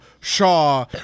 Shaw